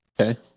Okay